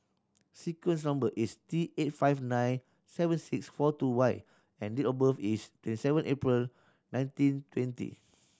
sequence number is T eight five nine seven six four two Y and date of birth is twenty seven April nineteen twenty